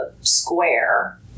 square